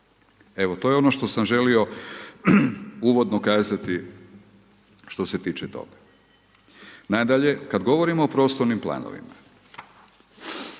Evo to je ono što sam želio uvodno kazati što se tiče toga. Nadalje, kada govorimo o prostornim planovima,